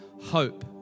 hope